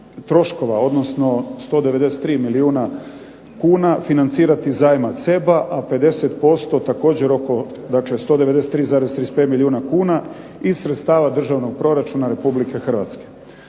odnosno 193 milijuna kuna financirati iz zajma CEB-a, a 50% također oko, dakle 193,35 milijuna kuna iz sredstava državnog proračuna Republike Hrvatske.